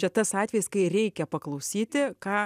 čia tas atvejis kai reikia paklausyti ką